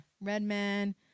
Redman